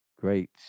great